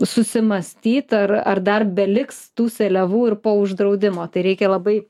susimąstyt ar ar dar beliks tų seliavų ir po uždraudimo tai reikia labai